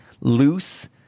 loose